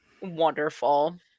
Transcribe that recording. wonderful